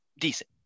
decent